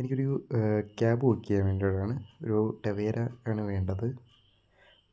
എനിക്കൊരു cab book ചെയ്യാൻ വേണ്ടിയിട്ടാണ് ഒരു ടവേര ആണ് വേണ്ടത്